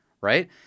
right